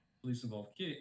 police-involved